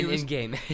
In-game